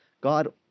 God